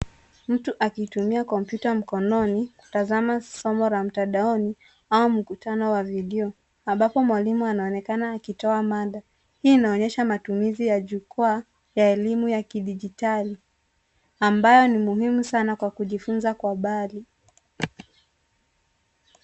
Mtu akitumia kompyuta mkononi kutazama somo la mtandaoni au mkutano wa video ambapo mwalimu anaonekana akitoa mada. Hii inaonyesha matumizi ya jukwaa ya elimu ya kidijitali ambayo ni muhimu sana kwa kujifunza kwa mbali.